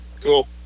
Cool